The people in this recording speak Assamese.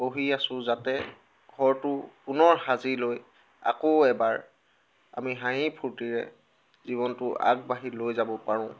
বহি আছোঁ যাতে ঘৰটো পুনৰ সাজি লৈ আকৌ এবাৰ আমি হাঁহি ফূৰ্তিৰে জীৱনটো আগবাঢ়ি লৈ যাব পাৰোঁ